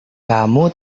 kamu